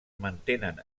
mantenen